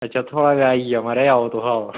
अच्छा थुआढ़ा आई गेआ निं म्हाराज आओ तुस आओ